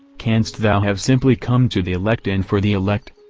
canst thou have simply come to the elect and for the elect?